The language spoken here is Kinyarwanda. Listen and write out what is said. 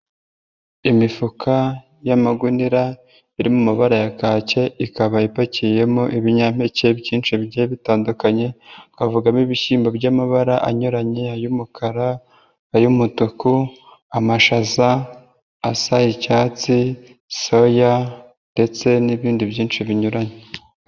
Imifuka y'amagunira iri mu mabara ya kake ikaba ipakiyemo ibinyampeke byinshi bigiye bitandukanye, twavugamo ibishyimbo by'amabara anyuranye ay'umukara, ay'umutuku, amashaza asa icyatsi, soya ndetse n'ibindi byinshi binyuranye.